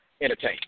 entertain